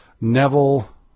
Neville